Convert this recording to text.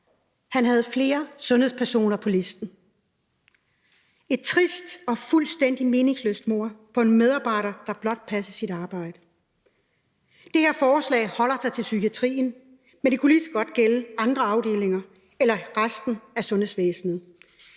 Han havde flere sundhedspersoner på listen. Det er et trist og fuldstændig meningsløst mord på en medarbejder, der blot passede sit arbejde. Det her forslag holder sig til psykiatrien, men det kunne lige så godt gælde andre afdelinger eller resten af sundhedsvæsenet.